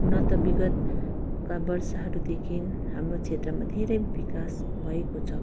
हुन त विगतका वर्षहरूदेखि हाम्रो क्षेत्रमा धेरै विकास भएको छ